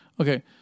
Okay